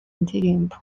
ndirimbo